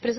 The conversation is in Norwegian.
Hvis